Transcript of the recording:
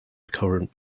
current